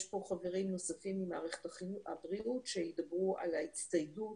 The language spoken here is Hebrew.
יש פה חברים נוספים ממערכת הבריאות שידברו על ההצטיידות